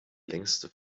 längste